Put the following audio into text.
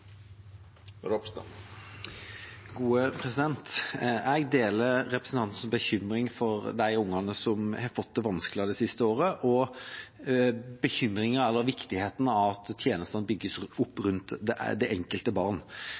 de gode tiltakene, stortingsmeldingene og handlingsplanene vi har, faktisk når ut til den enkelte som trenger det. Jeg deler representantens bekymring for de ungene som har fått det vanskeligere det siste året, og synet på viktigheten av at tjenestene bygges opp rundt det enkelte